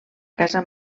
casa